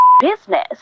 business